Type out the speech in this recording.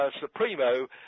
Supremo